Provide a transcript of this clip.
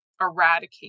eradicate